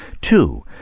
two